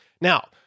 Now